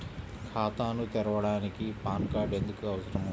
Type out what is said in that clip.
ఖాతాను తెరవడానికి PAN card ఎందుకు అవసరము?